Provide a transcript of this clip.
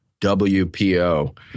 WPO